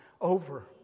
over